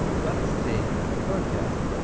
let us take, for a test,